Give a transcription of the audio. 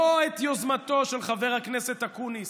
לא את יוזמתו של חבר הכנסת אקוניס